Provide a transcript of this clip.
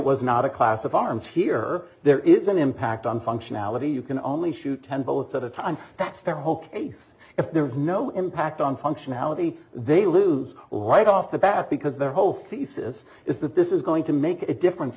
was not a class of arms here there is an impact on functionality you can only shoot ten bullets at a time that's their whole case if there is no impact on functionality they lose all right off the bat because their whole thesis is that this is going to make a difference